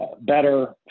better